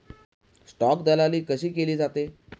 Stock दलाली कशी केली जाते?